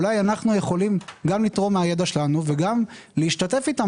אולי אנחנו יכולים גם לתרום מהידע שלנו וגם להשתתף איתם